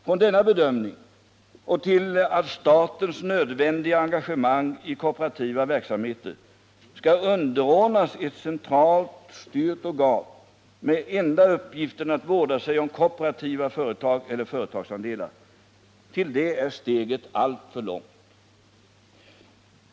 Från denna bedömning och till att statens nödvändiga engagemang i kooperativa verksamheter skall underordnas ett centralt styrt organ med enda uppgiften att vårda kooperativa företag eller företagsandelar är steget alltför långt.